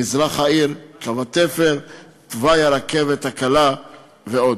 מזרח העיר, קו התפר, תוואי הרכבת הקלה ועוד.